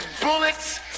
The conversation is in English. bullets